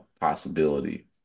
possibility